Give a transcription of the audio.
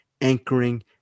anchoring